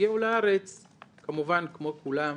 וכשהגיעו לארץ כמובן, כמו כולם,